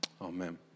Amen